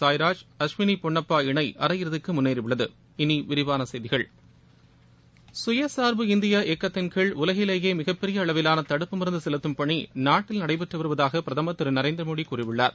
சாய்ராஜ் அஸ்வினி பொன்னப்பா இணை அரையிறதிக்கு முன்னேறியுள்ளது இனி விரிவான செய்திகள் சுயசார்பு இந்தியா இயக்கத்தின் கீழ் உலகிலேயே மிகப்பெரிய அளவிலான தடுப்பு மருந்து செலுத்தும் பணி நாட்டில் நடைபெற்று வருவதாக பிரதமர் திரு நரேந்திர மோடி கூறியுள்ளார்